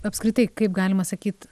apskritai kaip galima sakyt